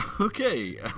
Okay